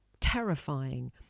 terrifying